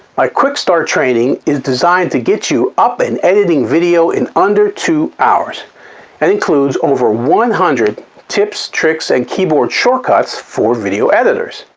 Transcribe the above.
my quick start training is designed to get you up and editing video in under two hours and includes over one hundred tips, tricks and keyboard shortcuts for video editors.